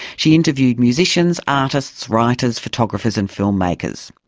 she interviewed musicians, artists, writers, photographers and filmmakers.